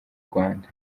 rwanda